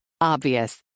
Obvious